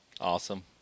awesome